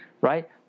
right